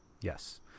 Yes